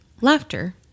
laughter